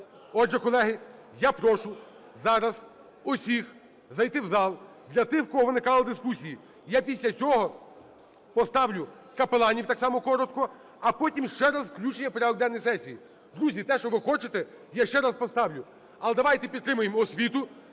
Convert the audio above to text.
Отже, колеги, я прошу зараз усіх зайти в зал. Для тих у кого виникали дискусії: я після цього поставлю капеланів, так само коротко, а потім – ще раз включення в порядок денний сесії. Друзі, те, що ви хочете, я ще раз поставлю. Але давайте підтримаємо освіту,